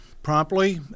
Promptly